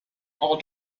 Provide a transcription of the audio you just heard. all